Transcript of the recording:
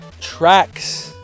tracks